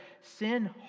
sin